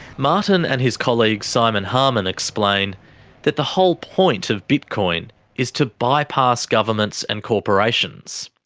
martin and his colleague simon harman explain that the whole point of bitcoin is to bypass governments and corporations.